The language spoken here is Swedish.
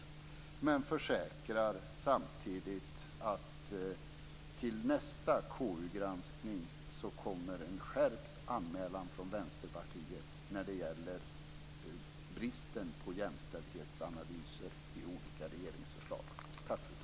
Samtidigt försäkrar jag att till nästa KU-granskning kommer det en skärpt anmälan från Vänsterpartiet när det gäller bristen på jämställdhetsanalyser i olika regeringsförslag.